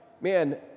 man